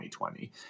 2020